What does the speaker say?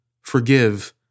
forgive